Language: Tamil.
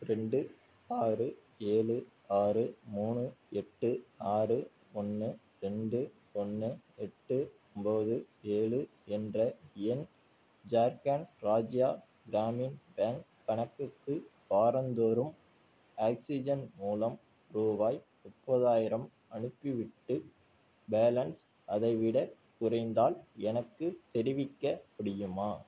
ரெண்டு ஆறு ஏழு ஆறு மூணு எட்டு ஆறு ஒன்று ரெண்டு ஒன்று எட்டு ஒம்பது ஏழு என்ற என் ஜார்க்கண்ட் ராஜ்யா கிராமின் பேங்க் கணக்குக்கு வாரந்தோறும் ஆக்ஸிஜன் மூலம் ரூபாய் முப்பதாயிரம் அனுப்பிவிட்டு பேலன்ஸ் அதைவிடக் குறைந்தால் எனக்குத் தெரிவிக்க முடியுமா